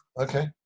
Okay